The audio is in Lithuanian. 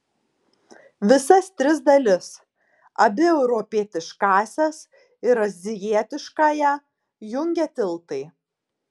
visas tris dalis abi europietiškąsias ir azijietiškąją jungia tiltai